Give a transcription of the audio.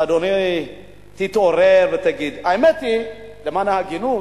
אדוני, תתעורר, ותגיד, האמת היא, למען ההגינות,